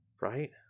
Right